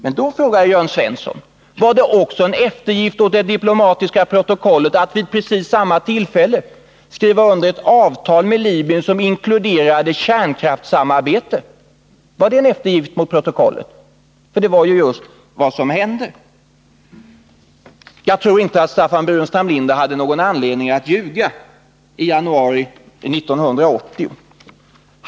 Men då frågar jag Jörn Svensson: Var det också en eftergift åt det diplomatiska protokollet att vid precis samma tillfälle skriva under ett avtal med Libyen som inkluderade kärnkraftssamarbete? Detta var ju just vad som hände. Var också detta en eftergift åt protokollet? Jag tror inte att Staffan Burenstam Linder hade någon anledning att ljuga i januari 1980.